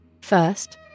First